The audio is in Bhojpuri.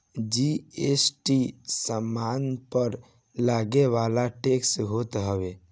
जी.एस.टी सामान पअ लगेवाला टेक्स होत हवे